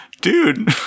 dude